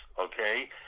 okay